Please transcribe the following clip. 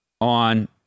on